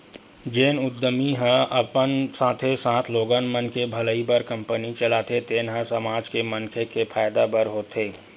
जेन उद्यमी ह अपन साथे साथे लोगन मन के भलई बर कंपनी चलाथे तेन ह समाज के मनखे के फायदा बर होथे